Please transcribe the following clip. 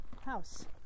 House